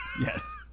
Yes